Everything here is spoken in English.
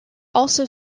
also